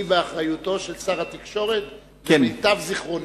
היא באחריותו של שר התקשורת, למיטב זיכרוני.